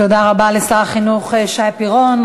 תודה רבה לשר החינוך שי פירון.